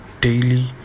daily